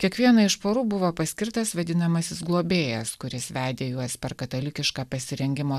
kiekvieną iš porų buvo paskirtas vadinamasis globėjas kuris vedė juos per katalikišką pasirengimo